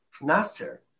Nasser